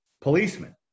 policemen